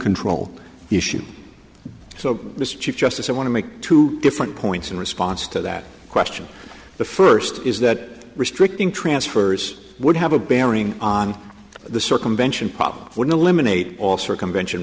control issue so mr chief justice i want to make two different points in response to that question the first is that restricting transfers would have a bearing on the circumvention probably wouldn't eliminate all circumvent